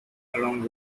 along